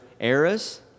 eras